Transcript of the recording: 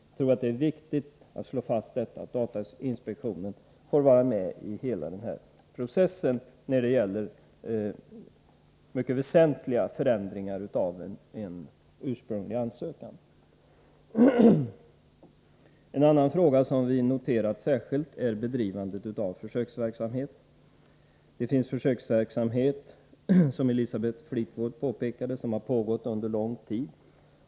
Jag tror att det är viktigt att slå fast detta, dvs. att datainspektionen får vara med i hela processen när det gäller mycket väsentliga förändringar av en ursprunglig ansökan. En annan fråga som vi särskilt noterat gäller bedrivandet av försöksverksamhet. Det finns försöksverksamhet — som Elisabeth Fleetwood påpekade — som har pågått under lång tid.